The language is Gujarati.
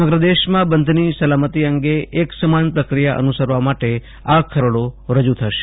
સમગ્ર દેશમાં બંધની સલામતી અંગે એક સમાન પ્રક્રિયા અનુસરવા માટે આ ખરડો રજુ થશે